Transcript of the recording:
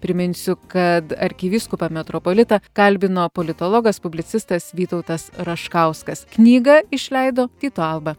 priminsiu kad arkivyskupą metropolitą kalbino politologas publicistas vytautas raškauskas knygą išleido tyto alba